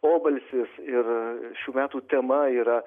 obalsis ir šių metų tema yra